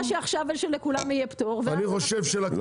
שדובר עכשיו שלכולם יהיה פטור --- לא לא,